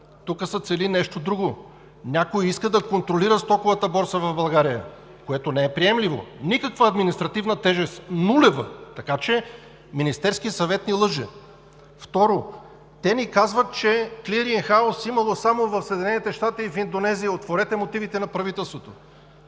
Тук се цели нещо друго. Някой иска да контролира стоковата борса в България, което не е приемливо. Никаква административна тежест, нулева. Така че Министерският съвет ни лъже. Второ, те ни казват, че клиринг хауз имало само в САЩ и в Индонезия – отворете мотивите на правителството.